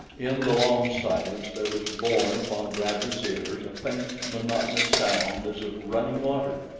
in the long silence there was born upon bradley's ears a faint, monotonous sound as of running water.